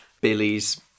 Billy's